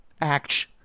Act